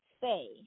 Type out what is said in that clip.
say